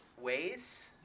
ways